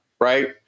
right